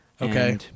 Okay